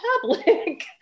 public